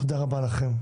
תודה רבה לכם.